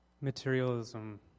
Materialism